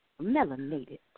melanated